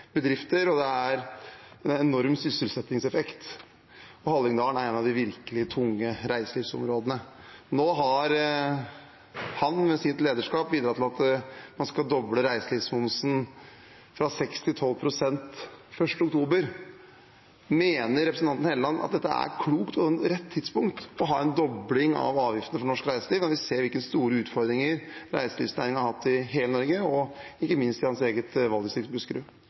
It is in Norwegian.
bedrifter, og det gir en enorm sysselsettingseffekt. Og Hallingdal er et av de virkelig tunge reiselivsområdene. Nå har Helleland, med sitt lederskap, bidratt til at man skal doble reiselivsmomsen fra 6 til 12 pst. fra 1. oktober. Mener representanten Helleland at dette er klokt og rett tidspunkt for en dobling av avgiftene for norsk reiseliv, når vi ser hvilke store utfordringer reiselivsnæringen har hatt i hele Norge, ikke minst i hans eget valgdistrikt, Buskerud?